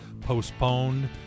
postponed